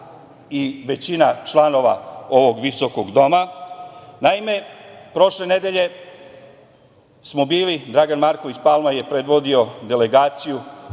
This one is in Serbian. i većina članova ovog visokog doma. Naime, prošle nedelje smo bili Dragan Marković Palma je predvodio delegaciju